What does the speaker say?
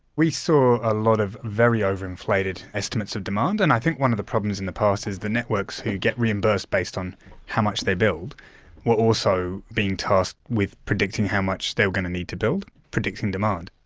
we saw a lot of very over-inflated estimates of demand, and i think one of the problems in the past is the networks who get reimbursed based on how much they build were also being tasked with predicting how much they were going to need to build, predicting demand.